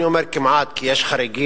אני אומר "כמעט" כי יש חריגים,